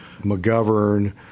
McGovern